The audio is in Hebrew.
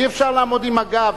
אי-אפשר לעמוד עם הגב.